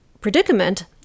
predicament